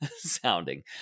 sounding